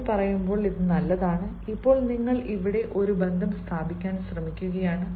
എന്ന് പറയുമ്പോൾ ഇത് നല്ലതാണ് ഇപ്പോൾ നിങ്ങൾ ഇവിടെ ഒരു ബന്ധം സ്ഥാപിക്കാൻ ശ്രമിക്കുകയാണ്